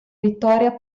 vittoria